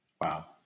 Wow